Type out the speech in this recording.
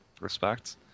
respect